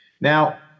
Now